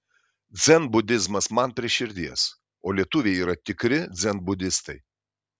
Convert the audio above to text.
dzenbudizmas man prie širdies o lietuviai yra tikri dzenbudistai